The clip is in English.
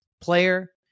player